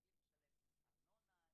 הם התחילו לשלם ארנונה,